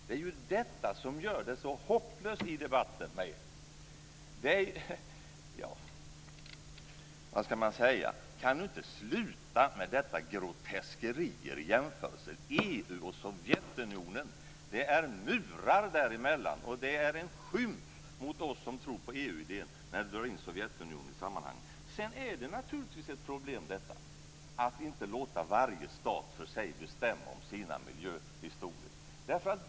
Det är ju detta som gör det så hopplöst i debatten med er. Kan inte Birger Schlaug sluta med dessa groteskerier? Det är murar mellan EU och Sovjetunionen, och det är en skymf mot oss som tror på EU att dra in Sovjetunionen i sammanhanget. Det är sedan naturligtvis ett problem med att låta varje stat få bestämma för sig om sina miljöregler.